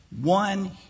One